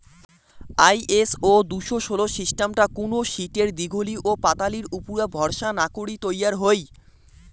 ISO দুশো ষোল সিস্টামটা কুনো শীটের দীঘলি ওপাতালির উপুরা ভরসা না করি তৈয়ার হই